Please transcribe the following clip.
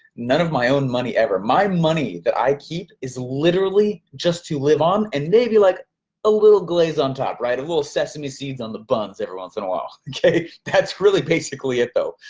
none of my own money ever, my money that i keep is literally just to live on and maybe like a little glaze on top, a little sesame seeds on the buns every once in a while, okay. that's really basically it, though.